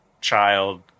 child